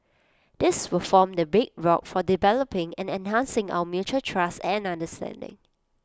this will form the bedrock for developing and enhancing our mutual trust and understanding